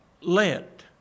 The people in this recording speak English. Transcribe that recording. let